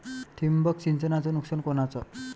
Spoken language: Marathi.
ठिबक सिंचनचं नुकसान कोनचं?